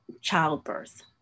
childbirth